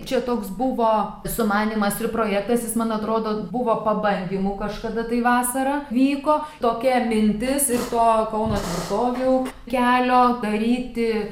čia toks buvo sumanymas ir projektas jis man atrodo buvo pabandymų kažkada tai vasarą vyko tokia mintis ir su kauno tvirtovių kelio daryti